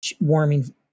warming